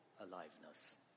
aliveness